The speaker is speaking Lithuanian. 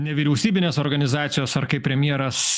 nevyriausybinės organizacijos ar kaip premjeras